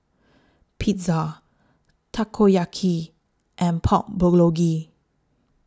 Pizza Takoyaki and Pork Bulgogi